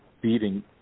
beating